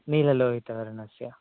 नीललोहितवर्णस्य